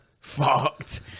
Fucked